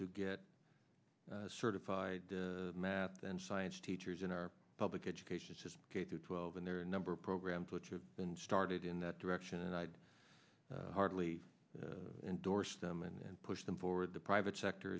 to get certified math and science teachers in our public education system k through twelve and there are a number of programs which are been started in that direction and i'd hardly endorse them and push them forward the private sector